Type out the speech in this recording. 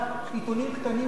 עיתונים קטנים ובינוניים.